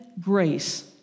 grace